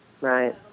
Right